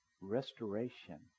Restoration